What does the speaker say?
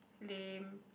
lame